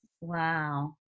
Wow